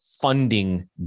funding